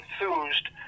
enthused